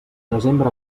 desembre